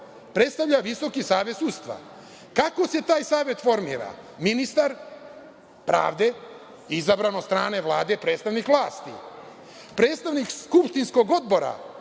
predstavlja VSS. Kako se taj savet formira? Ministar pravde izabran od strane Vlade, predstavnik vlasti, predstavnik skupštinskog odbora